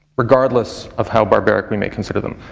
regardless of how barbaric we may consider them.